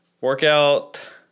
workout